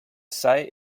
site